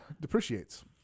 depreciates